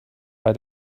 bei